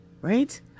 right